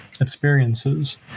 experiences